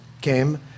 came